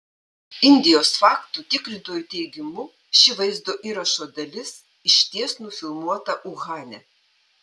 indijos faktų tikrintojų teigimu ši vaizdo įrašo dalis išties nufilmuota uhane